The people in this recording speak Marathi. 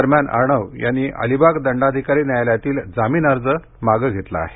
दरम्यान अर्णब यांनी अलिबाग दंडाधिकारी न्यायालयातील जामीन अर्ज मागे घेतला आहे